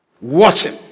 watching